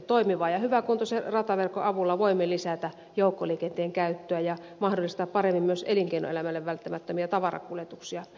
toimivan ja hyväkuntoisen rataverkon avulla voimme lisätä joukkoliikenteen käyttöä ja mahdollistaa paremmin myös elinkeinoelämälle välttämättömiä tavarankuljetuksia